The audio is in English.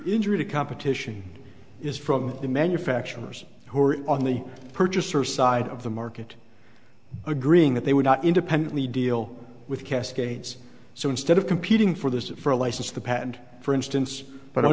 injury to competition is from the manufacturers who are on the purchaser side of the market agreeing that they would not independently deal with cascades so instead of competing for this for a license the patent for instance but i